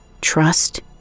Trust